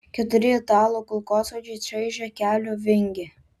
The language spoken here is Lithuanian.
keturi italų kulkosvaidžiai čaižė kelio vingį